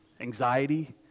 anxiety